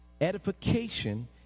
edification